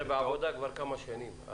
הנושא הזה בעבודה כבר כמה שנים.